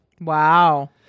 Wow